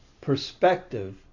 perspective